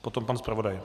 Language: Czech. Potom pan zpravodaj.